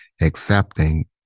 accepting